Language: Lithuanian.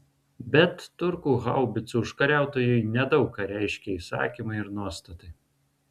bet turkų haubicų užkariautojui nedaug ką reiškė įsakymai ir nuostatai